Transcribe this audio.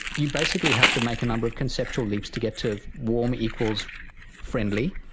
you basically have to make a number of conceptual leaps to get to warm equals friendly,